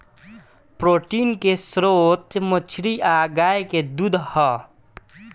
protein के स्त्रोत मछली आ गाय के दूध ह